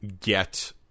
get